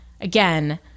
again